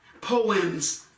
poems